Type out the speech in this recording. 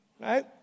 Right